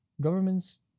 governments